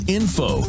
info